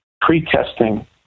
Pre-testing